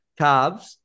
Carbs